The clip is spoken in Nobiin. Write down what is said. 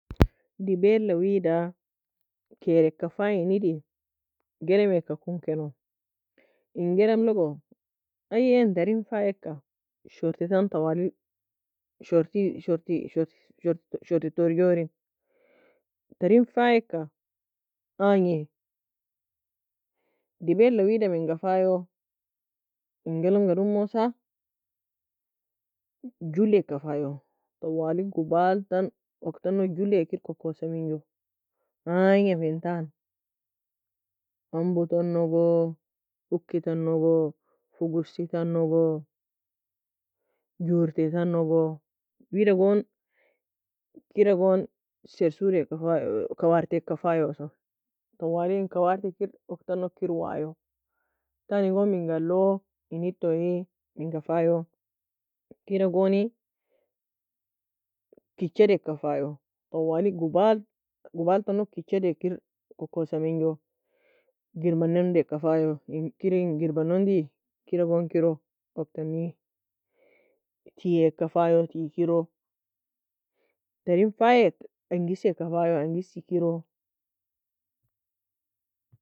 Dibbeala wida kerkka faiye iddi, ghelemeaka kon keno, in ghelemlogo, ay in taren faiyeka, shortitan tawalig, shorti shorti shorti torjorin, tarin fayeka agni, dibbeala wida minga fayo? In ghelemga dumosa julleka fayo, tawali gubaltan aoghtano julle kir kokosa menjo, agnafintan, ambo tanogo, uki tanogo, fugosi tanogo, jurte tanogo, wida gon kira gon sesoraeka faiyo, kawartteaka fayioso, tawali in kawarti kir oghtano kir waio, tani gon minga allo? In iddtoi minga fayo? Kira goni kichadeaka fayo, tawali gubal gubaltano kichadea kir kokosa menjo, girbaden ondeaka fayio, in kir in girbaden ondi, kira gon kiro, aoghtani, tieaka fayo, tii kiro, tarin fayieka, angiseaka fayo angise kiro.